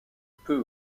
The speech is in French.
peu